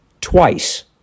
Twice